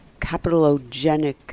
capitalogenic